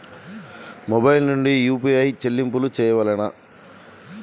Mobile నుండే UPI చెల్లింపులు చేయవలెనా?